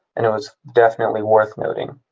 and it was definitely worth noting.